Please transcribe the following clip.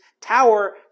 tower